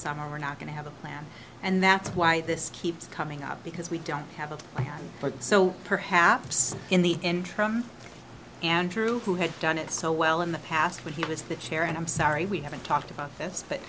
summer we're not going to have a plan and that's why this keeps coming up because we don't have a plan for so perhaps in the interim andrew who had done it so well in the past when he was the chair and i'm sorry we haven't talked about this but